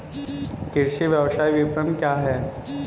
कृषि व्यवसाय विपणन क्या है?